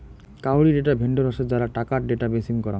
কাউরী data vendor হসে যারা টাকার ডেটা বেচিম করাং